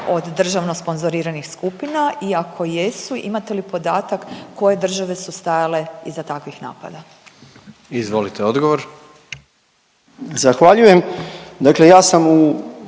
od državno sponzoriranih skupina i ako jesu imate li podatak koje države su stajale iza takvih napada? **Jandroković, Gordan